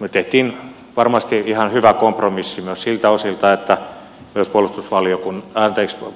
me teimme varmasti ihan hyvän kompromissin myös siltä osilta että myös